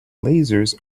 lasers